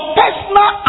personal